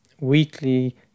weekly